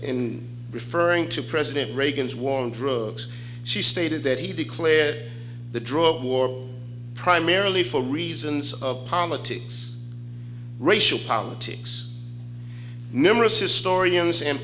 in referring to president reagan's war on drugs she stated that he declared the drug war primarily for reasons of politics racial politics numerous historians and